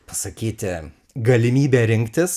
pasakyti galimybę rinktis